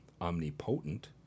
Omnipotent